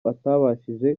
atabashije